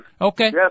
Okay